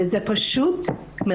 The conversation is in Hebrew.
מה שקורה כאן זאת מלחמת